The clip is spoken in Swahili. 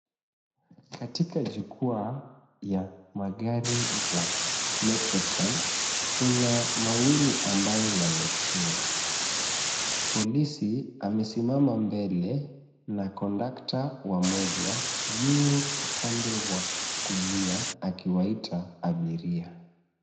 Katika jukwaa ya magari za Metrotrans, kuna mawili ambayo yametua. Polisi amesimama mbele na kondakta wa moja yu upande wa kulia akiwaita abiria.